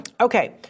Okay